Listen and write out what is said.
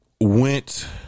went